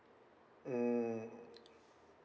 mm